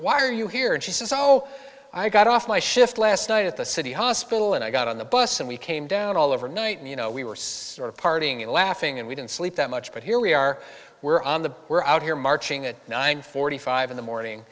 why are you here and she says so i got off my shift last night at the city hospital and i got on the bus and we came down all over night and you know we were sort of partying and laughing and we didn't sleep that much but here we are we're on the we're out here marching at nine forty five in the morning